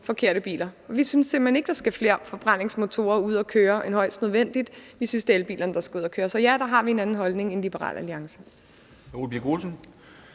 forkerte biler. Vi synes simpelt hen ikke, at der skal flere forbrændingsmotorer ud at køre end højst nødvendigt; vi synes, det er elbilerne, der skal ud at køre. Så ja, der har vi en anden holdning end Liberal Alliance. Kl.